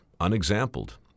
unexampled